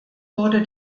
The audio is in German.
wurde